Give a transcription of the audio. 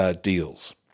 deals